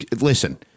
listen